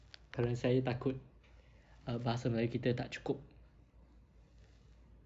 kerana saya takut err bahasa melayu kita tak cukup